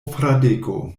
fradeko